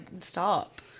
stop